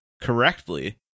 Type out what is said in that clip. correctly